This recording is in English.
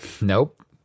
Nope